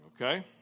okay